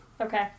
Okay